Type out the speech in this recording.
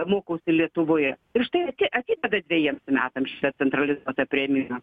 mokausi lietuvoje ir štai atideda dvejiems metams šitą centralizuotą priėmimą